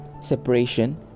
separation